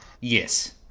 Yes